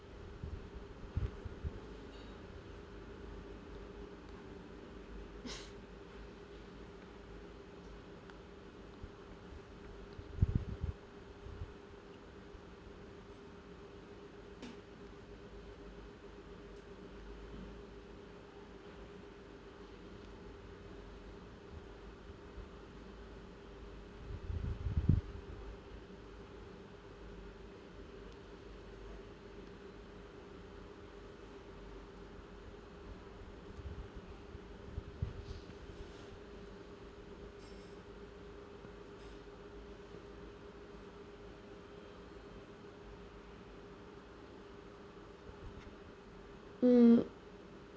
mm